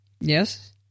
Yes